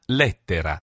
lettera